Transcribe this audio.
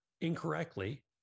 incorrectly